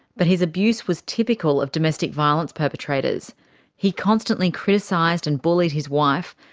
but his abuse was typical of domestic violence perpetrators he constantly criticised and bullied his wife,